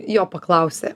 jo paklausė